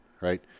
right